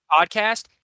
podcast